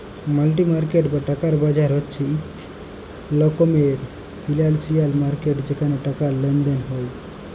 মালি market বা টাকার বাজার হছে ইক ধরলের ফিল্যালসিয়াল মার্কেট যেখালে টাকার লেলদেল হ্যয়